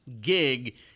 gig